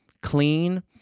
clean